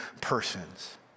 persons